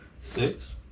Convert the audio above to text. Six